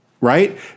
Right